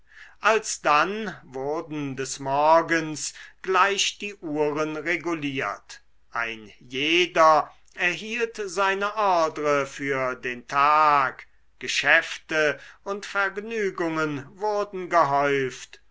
alsdann wurden des morgens gleich die uhren reguliert ein jeder erhielt seine ordre für den tag geschäfte und vergnügungen wurden gehäuft